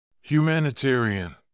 Humanitarian